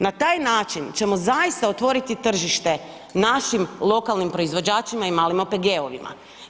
Na taj način ćemo zaista otvoriti tržište našim lokalnim proizvođačima i malim OPG-ovima.